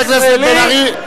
חבר הכנסת בן-ארי,